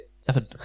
Seven